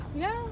ya